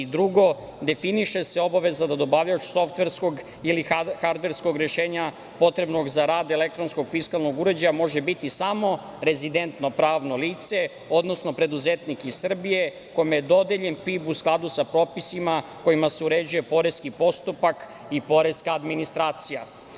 Drugo, definiše se obaveza da dobavljač softverskog ili hardverskog rešenja potrebnog za rad elektronskog fiskalnog uređaja može biti samo rezidentno pravno lice, odnosno preduzetnik iz Srbije kome je dodeljen PIB u skladu sa popisima kojima se uređuje poreski postupak i poreska administracija.